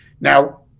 Now